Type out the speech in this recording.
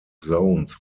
zones